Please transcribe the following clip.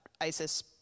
ISIS